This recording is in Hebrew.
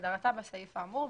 כהגדרתה בסעיף האמור,